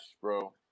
bro